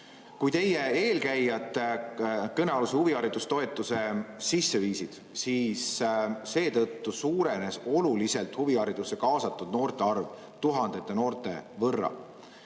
Kui teie eelkäijad kõnealuse huviharidustoetuse sisse viisid, suurenes seetõttu oluliselt huviharidusse kaasatud noorte arv, tuhandete noorte võrra.